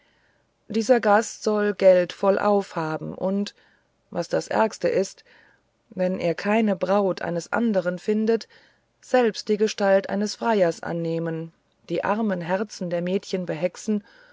dieser gast soll geld vollauf haben und was das ärgste ist wenn er keine braut eines anderen findet selbst die gestalt eines freiers annehmen die armen herzen der mädchen behexen